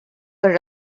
were